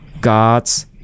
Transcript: God's